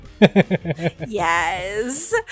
Yes